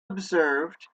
observed